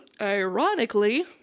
ironically